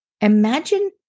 Imagine